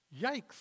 Yikes